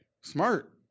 Smart